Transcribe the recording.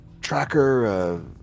tracker